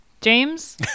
james